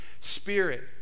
Spirit